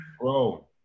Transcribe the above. Bro